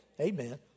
Amen